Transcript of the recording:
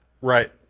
Right